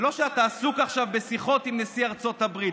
זה לא שאתה עסוק עכשיו בשיחות עם נשיא ארה"ב.